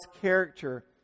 character